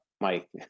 Mike